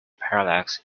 parallax